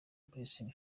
blessing